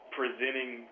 presenting